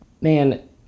man